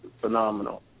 phenomenal